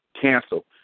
cancel